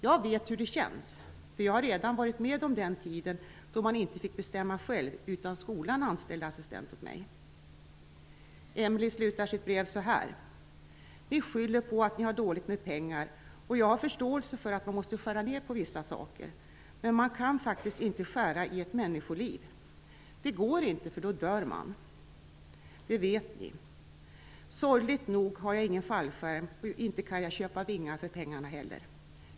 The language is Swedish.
Jag vet hur det känns, för jag har redan varit med om den tiden då man inte fick bestämma själv utan skolan anställde assistent åt mig". Emelie slutar sitt brev så här: "Ni skyller på att ni har dåligt med pengar och jag har förståelse för att man måste skära ner på vissa saker, men man kan faktiskt inte skära i ett människoliv. Det går inte för då dör man. Det vet ni. Sorgligt nog har jag ingen fallskärm och inte kan jag köpa vingar för pengarna heller.